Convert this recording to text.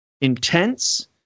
intense